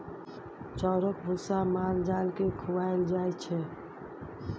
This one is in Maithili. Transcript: चाउरक भुस्सा माल जाल केँ खुआएल जाइ छै